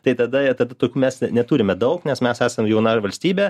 tai tada jie tad mes neturime daug nes mes esam jauna valstybė